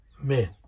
Men